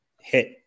hit